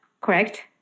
correct